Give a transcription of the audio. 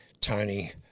Tony